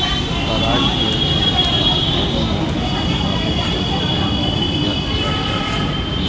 पराग तेल कें मधुकोशक मोम मे मिलाबै सं सफेद मोम पीयर भए जाइ छै